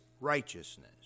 righteousness